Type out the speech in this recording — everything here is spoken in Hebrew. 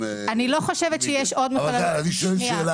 -- אני לא חושבת שיש עוד מכללות -- אבל אני שואל שאלה אחת.